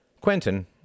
Quentin